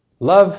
Love